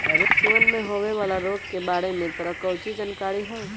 पशुअन में होवे वाला रोग के बारे में तोरा काउची जानकारी हाउ?